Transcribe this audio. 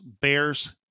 Bears